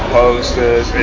posters